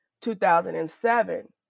2007